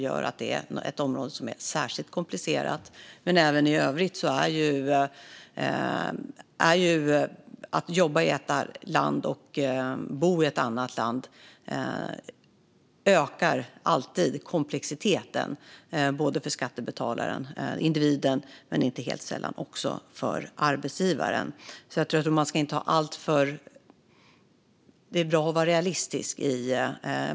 Men även i övrigt ökar komplexiteten alltid när man jobbar i ett land och bor i ett annat, och det gäller både för skattebetalaren, individen, och inte helt sällan också för arbetsgivaren. Det är bra att vara realistisk.